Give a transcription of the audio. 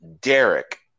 Derek